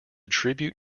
tribute